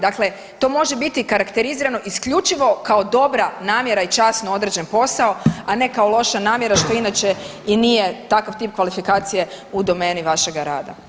Dakle, to može biti karakterizirano isključivo kao dobra namjera i časno odražen posao a ne kao loša namjera, što inače i nije takav tip kvalifikacije u domeni vašega rada.